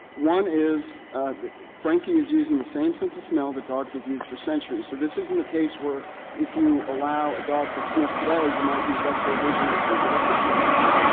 one is franky is using the same sense of smell that dogs have used for centuries. so this isn't a case where if you allow a dog to sniff today, he might use x-ray vision in the future. that's not going to happen.